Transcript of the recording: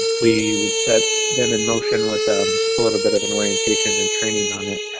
we would set them in motion with um a little bit of an orientation and training on it,